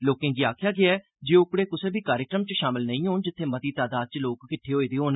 लोकें गी आखेआ गेआ ऐ जे ओह् ओकड़े कुसै बी कार्यक्रम च शामल नेईं होन जित्थें मती तादाद च लोक किद्ठे होन